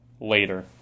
later